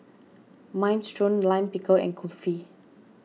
Minestrone Lime Pickle and Kulfi